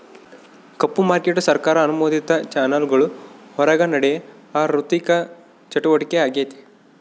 ಕಪ್ಪು market ಸರ್ಕಾರ ಅನುಮೋದಿತ ಚಾನೆಲ್ಗುಳ್ ಹೊರುಗ ನಡೇ ಆಋಥಿಕ ಚಟುವಟಿಕೆ ಆಗೆತೆ